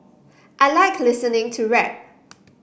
I like listening to rap